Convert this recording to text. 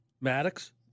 Maddox